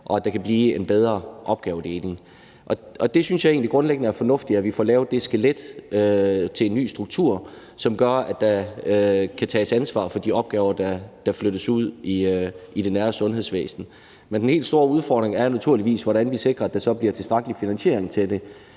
og at der kan blive en bedre opgavedeling. Jeg synes egentlig grundlæggende, at det er fornuftigt, at vi får lavet et skelet til en ny struktur, som gør, at der kan tages ansvar for de opgaver, der flyttes ud i det nære sundhedsvæsen, men den helt store udfordring er naturligvis, hvordan vi sikrer, at der så bliver en tilstrækkelig finansiering til det,